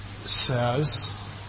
says